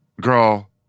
Girl